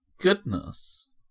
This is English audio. goodness